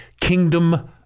Kingdom